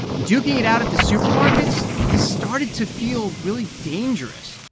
duking it out at the supermarkets has started to feel really dangerous.